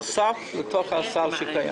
נוסף לסל שקיים.